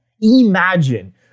Imagine